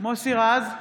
מוסי רז,